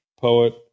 poet